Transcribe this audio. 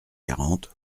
quarante